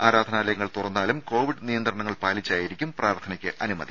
ആരാധനാലയങ്ങൾ തുറന്നാലും കോവിഡ് നിയന്ത്രണങ്ങൾ പാലിച്ചായിരിക്കും പ്രാർത്ഥനയ്ക്ക് അനുമതി